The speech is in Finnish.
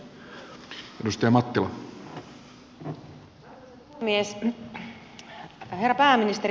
arvoisa puhemies